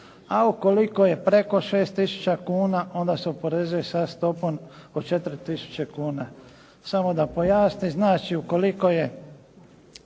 a ukoliko je preko 6 tisuća kuna onda se oporezuje sa stopom od 4%. Samo da pojasnim, znači ukoliko je